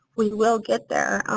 we will get there.